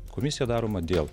komisija daroma dėl